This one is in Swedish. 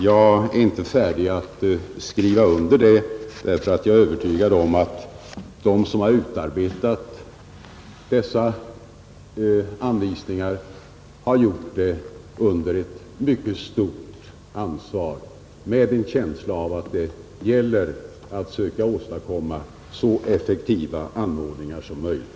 Jag är inte färdig att skriva under det, eftersom jag är övertygad om att de som har utarbetat dessa anvisningar har gjort det under ett mycket stort ansvar och med en känsla av att det gäller att söka åstadkomma så effektiva anordningar som möjligt.